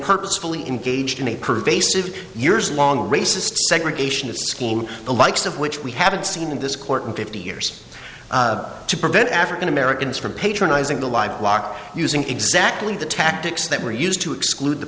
purposefully engaged in a pervasive years long racist segregationist scheme the likes of which we haven't seen in this court in fifty years to prevent african americans from patronizing the lie block using exactly the tactics that were used to exclude the